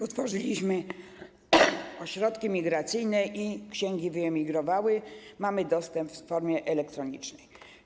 Utworzyliśmy ośrodki migracyjne i te księgi wyemigrowały, mamy do nich dostęp w formie elektronicznej.